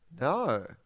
no